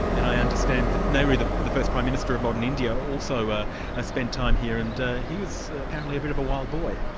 and i understand that nehru, the the first prime minister of modern india, also ah spent time here, and he was apparently a bit of a wild boy.